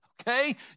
Okay